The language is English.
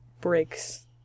breaks